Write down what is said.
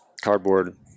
cardboard